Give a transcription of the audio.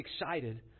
excited